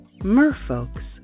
Merfolk's